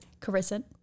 Carissa